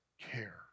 care